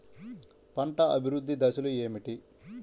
పంట అభివృద్ధి దశలు ఏమిటి?